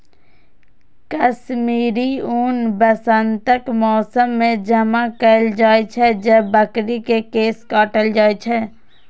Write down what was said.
कश्मीरी ऊन वसंतक मौसम मे जमा कैल जाइ छै, जब बकरी के केश काटल जाइ छै